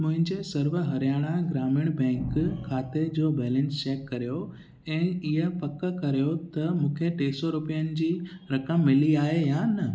मुंहिंजे सर्व हरियाणा ग्रामीण बैंक खाते जो बैलेंस चेक कर्यो ऐं इहा पकु कर्यो त मूंखे टे सौ रुपियनि जी रक़म मिली आहे या न